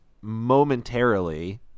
momentarily